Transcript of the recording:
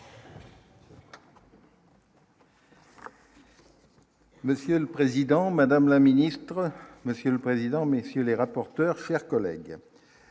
Monsieur le Président, Madame la Ministre, Monsieur le Président, messieurs les rapporteurs, chers collègues,